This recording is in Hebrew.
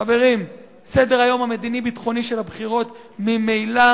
חברים, סדר-היום המדיני-ביטחוני של הבחירות ממילא